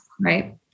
Right